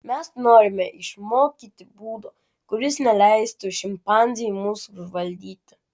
mes norime išmokyti būdo kuris neleistų šimpanzei mūsų užvaldyti